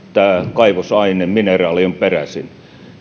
kaivosaine mineraali on peräisin